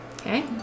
okay